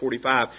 45